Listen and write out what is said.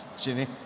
Ginny